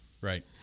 right